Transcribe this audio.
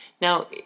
Now